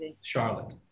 Charlotte